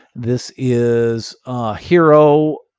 this is a hero,